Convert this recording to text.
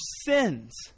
sins